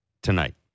tonight